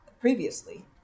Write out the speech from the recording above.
previously